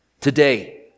Today